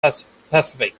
pacific